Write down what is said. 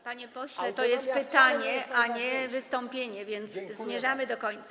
Panie pośle, to jest pytanie, a nie wystąpienie, więc zmierzamy do końca.